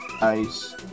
ice